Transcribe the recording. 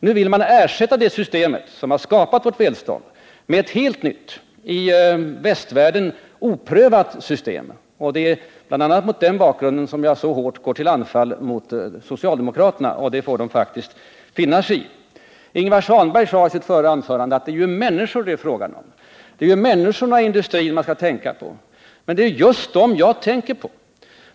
Nu vill ni ersätta det system som har skapat vårt välstånd med ett helt nytt och i västvärlden oprövat system. Det är bl.a. mot den bakgrunden som jag så hårt går till anfall mot socialdemokraterna, och det får de faktiskt finna sig ÅG Ingvar Svanberg sade i sitt förra anförande att det ju är människor det ytterst är fråga om, det är ju människorna i industrin man skall tänka på. Men det är just dem jag tänker på.